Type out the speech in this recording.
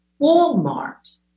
Walmart